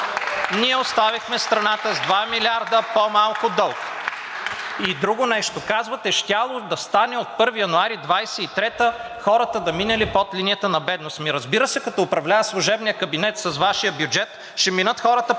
Ние оставихме страната с 2 милиарда по-малко дълг. И друго нещо. Казвате, щяло да стане от 1 януари 2023 г., хората да минели под линията на бедност. Ами, разбира се, като управлява служебният кабинет с Вашия бюджет, ще минат хората под линията